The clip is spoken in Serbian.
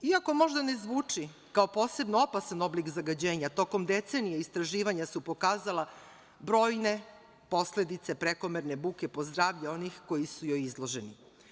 Iako možda ne zvuči kao posebno opasan oblik zagađenja, tokom decenije istraživanja su pokazala brojne posledice prekomerne buke po zdravlje onih koji su joj izloženi.